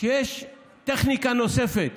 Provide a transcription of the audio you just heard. שיש טכניקה נוספת